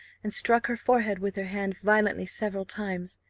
and struck her forehead with her hand violently several times.